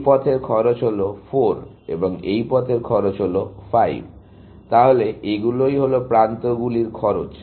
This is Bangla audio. এই পথের খরচ হল 4 এবং এই পথের খরচ হল 5 তাহলে এগুলোই হলো প্রান্তগুলির খরচ